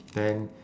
then